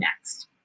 next